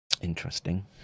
Interesting